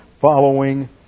following